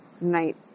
night